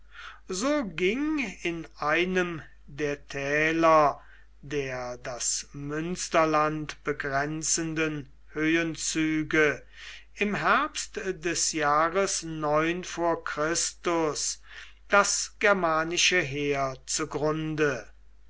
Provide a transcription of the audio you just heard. so ging in einem der täler der das münsterland begrenzenden höhenzüge im herbst des jahres vor das germanische heer